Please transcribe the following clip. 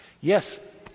Yes